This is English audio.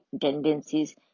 tendencies